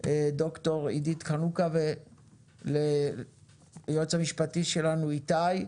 ד"ר עידית חנוכה, והיועץ המשפטי שלנו איתי.